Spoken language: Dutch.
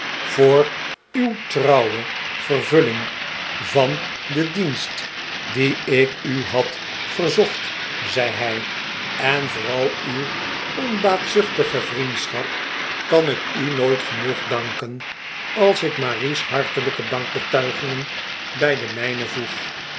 voor uw trouwe vervulling van den dienst dien ik u had verzocht zei hij en voor al uw onbaatzuchtige vriendschap kan ik u nooit genoeg danken als ik marie's hartelijke dankbetuigingen bij de mijne voeg